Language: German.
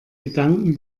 gedanken